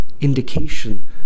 indication